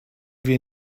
wir